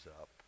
up